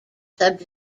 sub